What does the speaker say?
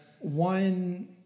One